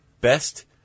best